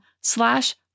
slash